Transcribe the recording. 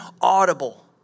audible